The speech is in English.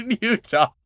Utah